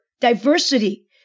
diversity